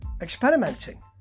experimenting